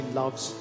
loves